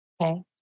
Okay